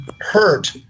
hurt